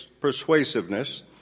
persuasiveness